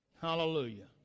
Hallelujah